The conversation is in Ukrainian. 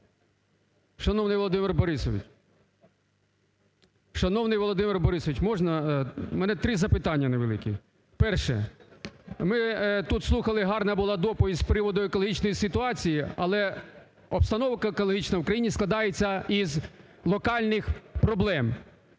Шановний Володимир Борисович! Можна, у мене три запитання невеликі. Перше. Ми тут слухали, гарна була доповідь з приводу екологічної ситуації. Але обстановка екологічна в країні складається з локальних проблем.